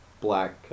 black